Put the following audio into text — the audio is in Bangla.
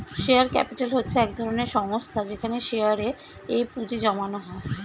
শেয়ার ক্যাপিটাল হচ্ছে এক ধরনের সংস্থা যেখানে শেয়ারে এ পুঁজি জমানো হয়